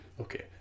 Okay